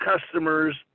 customers